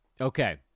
Okay